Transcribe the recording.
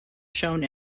shown